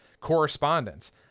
correspondence